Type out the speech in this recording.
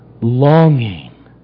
longing